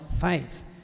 faith